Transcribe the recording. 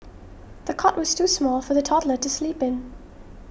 the cot was too small for the toddler to sleep in